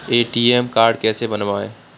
ATM card कैसे बनवाएँ?